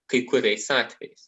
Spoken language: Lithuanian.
kai kuriais atvejais